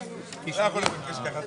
בשעה 11:51.